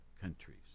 countries